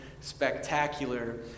spectacular